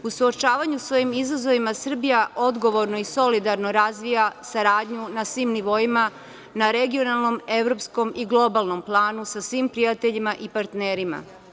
U suočavanju sa ovim izazovima, Srbija odgovorno i solidarno razvija saradnju na svim nivoima, na regionalnom, evropskom i globalnom planu, sa svim prijateljima i partnerima.